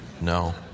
No